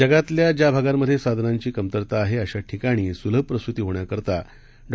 जगातल्या ज्या भागांमध्ये साधनांची कमतरता आहे अशा ठिकाणी सुलभ प्रसूती होण्याकरता डॉ